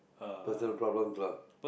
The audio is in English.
personal problems lah